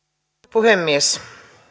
puhemies